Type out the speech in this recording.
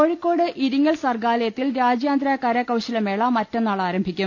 കോഴിക്കോട് ഇരിങ്ങൽ സർഗാലയത്തിൽ രാജ്യാന്തര കരകൌ ശല മേള മറ്റന്നാൾ ആരംഭിക്കും